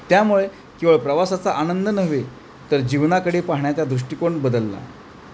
त्यामुळे केवळ प्रवासाचा आनंद नव्हे तर जीवनाकडे पाहण्याचा दृष्टिकोण बदलला